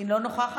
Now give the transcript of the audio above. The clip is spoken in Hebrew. היא אינה נוכחת.